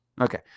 Okay